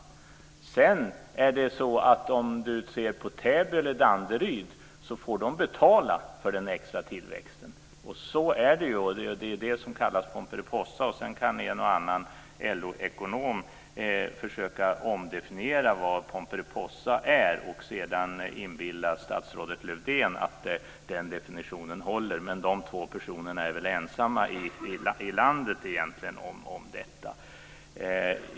Täby och Danderyd får betala för den extra tillväxten. Så är det, och det är det som kallas för Pomperipossa. Sedan kan en och annan LO-ekonom försöka omdefiniera vad Pomperipossa är och sedan inbilla statsrådet Lövdén att den definitionen håller, men de två personerna är väl ensamma i landet om detta.